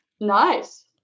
Nice